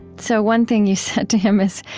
so one thing you said to him is,